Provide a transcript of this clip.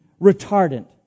retardant